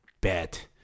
bet